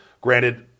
Granted